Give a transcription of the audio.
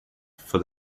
for